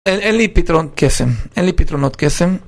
אין לי פיתרון קסם, אין לי פיתרונות קסם.